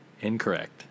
Incorrect